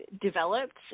developed